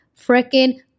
freaking